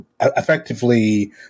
effectively